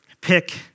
pick